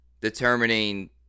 determining